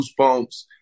goosebumps